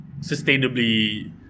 sustainably